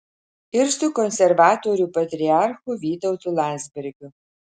ir su konservatorių patriarchu vytautu landsbergiu